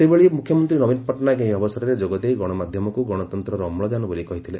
ସେହିଭଳି ମୁଖ୍ୟମନ୍ତୀ ନବୀନ ପଟ୍ଟନାୟକ ଏହି ଅବସରରେ ଯୋଗଦେଇ ଗଣମାଧ୍ୟମକୁ ଗଣତନ୍ତର ଅମ୍ଳଜାନ ବୋଲି କହିଥିଲେ